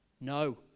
no